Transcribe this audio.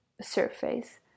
surface